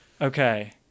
okay